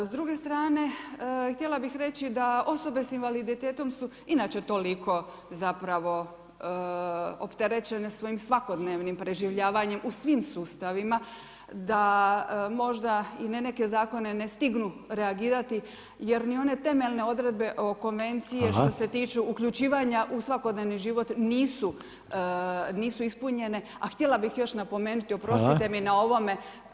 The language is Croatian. S druge strane htjela bih reći da osobe sa invaliditetom su inače toliko zapravo opterećene svojim svakodnevnim preživljavanjem u svim sustavima da možda i na neke zakone ne stignu reagirati jer ni one temeljne odredbe o konvenciji što se tiču uključivanja u svakodnevni život nisu ispunjene [[Upadica Reiner: Hvala.]] A htjela bih još napomenuti, oprostite mi na ovome.